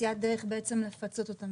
מציאת דרך לפצות אותם.